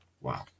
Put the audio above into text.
Wow